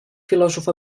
filòsof